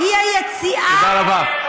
תודה רבה.